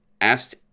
asked